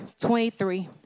23